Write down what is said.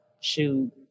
shoot